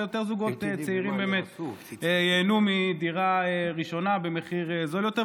ויותר זוגות צעירים באמת ייהנו מדירה ראשונה במחיר נמוך יותר,